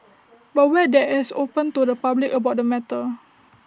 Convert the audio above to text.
but were they as open to the public about the matter